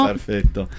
Perfetto